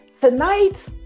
tonight